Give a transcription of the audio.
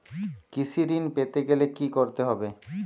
কৃষি ঋণ পেতে গেলে কি করতে হবে?